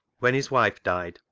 when his wife died,